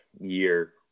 year